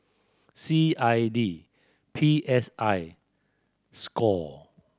C I D P S I score